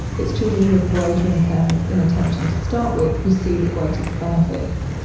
it's children who have greater impairments in attention to start with who see the greatest benefits,